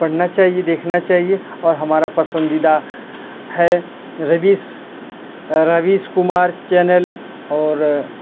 पढ़ना चाहिए देखना चाहिए और हमारा पसंदीदा है रविश रविश कुमार चैनल और